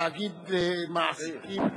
תאגיד מעסיקים.